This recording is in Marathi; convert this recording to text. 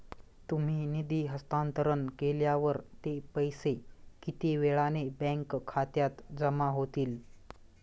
तुम्ही निधी हस्तांतरण केल्यावर ते पैसे किती वेळाने बँक खात्यात जमा होतील?